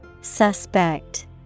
Suspect